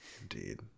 Indeed